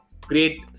great